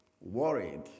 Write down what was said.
worried